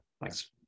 thanks